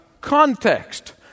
context